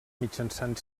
mitjançant